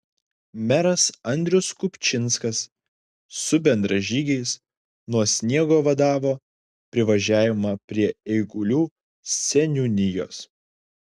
meras andrius kupčinskas su bendražygiais nuo sniego vadavo privažiavimą prie eigulių seniūnijos